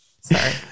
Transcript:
Sorry